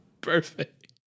Perfect